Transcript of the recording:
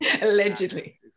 allegedly